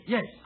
Yes